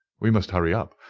we must hurry up,